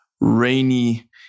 rainy